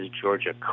Georgia